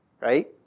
right